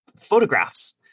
photographs